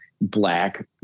black